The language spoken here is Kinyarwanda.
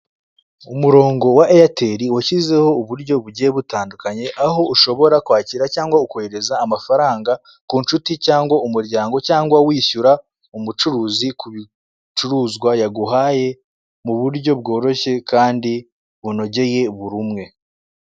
Umurongo wa eyateri washyizeho uburyo bugiye butandukanye, aho ushobora kwakira cyangwa ukohereza amafaranga ku nshuti cyangwa umuryango cyangwa wishyura umucuruzi ku bicuruzwa yaguhaye mu buryo bworoshye kandi bunogeye buri umwe.